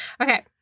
okay